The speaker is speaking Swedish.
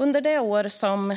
Under det år som